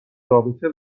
رابطه